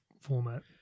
format